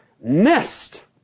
missed